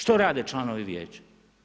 Što rade članovi vijeća?